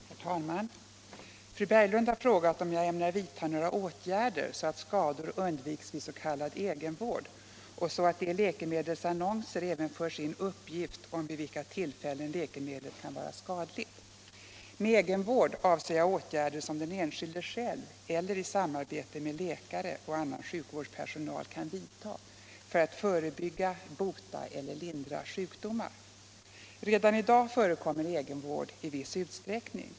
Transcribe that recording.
Herr talman! Fru Berglund har frågat om jag ämnar vidta några åtgärder så att skador undviks vid s.k. egenvård och så att det i läkemedelsannonser även förs in uppgift om vid vilka tillfällen läkemedlet kan vara skadligt. Med egenvård avser jag åtgärder som den enskilde själv eller i samarbete med läkare och annan sjukvårdspersonal kan vidta för att förebygga, bota eller lindra sjukdomar. Redan i dag förekommer egenvård i viss utsträckning.